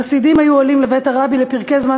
חסידים היו עולים לבית הרבי לפרקי זמן